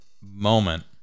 moment